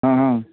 हँ हँ